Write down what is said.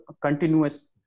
continuous